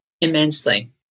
immensely